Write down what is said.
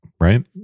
right